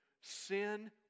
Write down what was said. sin